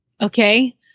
Okay